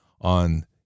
on